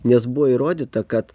nes buvo įrodyta kad